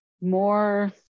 more